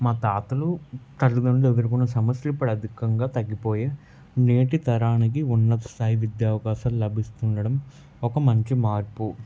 మా తాతలు తల్లిదండ్రుల ఎదురుకున్న సమస్యలు ఇప్పుడు అధికంగా తగ్గిపోయి నేటి తరానికి ఉన్నత స్థాయి విద్య అవకాశాలు లభిస్తుండడం ఒక మంచి మార్పు